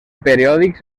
periòdics